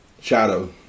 shadow